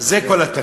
זה כל התקציב.